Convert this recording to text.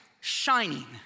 Shining